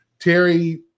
Terry